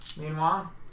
Meanwhile